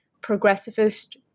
progressivist